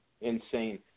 insane